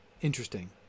interesting